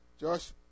Josh